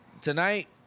tonight